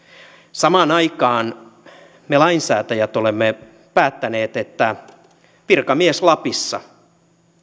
samaan aikaan me lainsäätäjät olemme päättäneet että virkamies lapissa